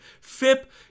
fip